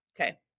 okay